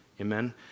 amen